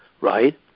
right